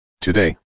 Today